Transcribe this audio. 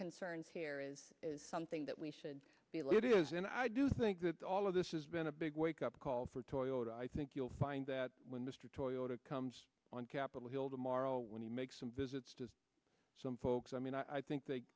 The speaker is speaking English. concerns here is something that we should feel it is in our do think that all of this is been a big wake up call for toyota i think you'll find that when mr toyota comes on capitol hill tomorrow when he makes some visits to some folks i mean i think they